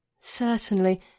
Certainly